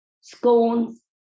scones